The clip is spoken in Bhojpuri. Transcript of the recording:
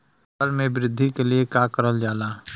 फसल मे वृद्धि के लिए का करल जाला?